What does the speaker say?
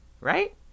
Right